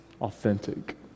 Authentic